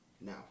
now